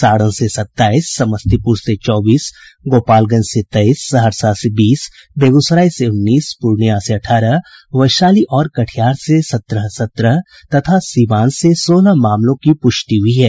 सारण से सत्ताईस समस्तीपुर से चौबीस गोपालगंज से तेईस सहरसा से बीस बेगूसराय से उन्नीस पूर्णियां से अठारह वैशाली और कटिहार से सत्रह सत्रह तथा सीवान से सोलह मामलों की पुष्टि हुई है